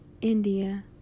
India